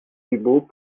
dubos